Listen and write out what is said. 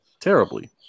terribly